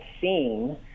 seen